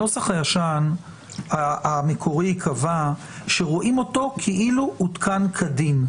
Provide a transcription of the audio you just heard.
הנוסח הישן המקורי קבע שרואים אותו כאילו הותקן כדין,